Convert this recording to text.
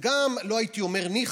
גם לא הייתי אומר ניחא,